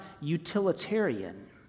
utilitarian